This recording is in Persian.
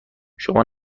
شما